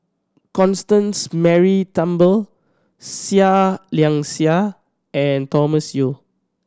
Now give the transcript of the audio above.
Constance Mary Turnbull Seah Liang Seah and Thomas Yeo